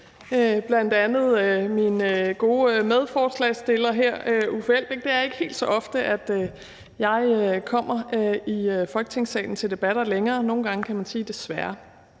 bl.a. til min gode medforslagsstiller her, Uffe Elbæk. Det er ikke helt så ofte, at jeg kommer i Folketingssalen til debatter længere – desværre, kan man nogle gange